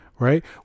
right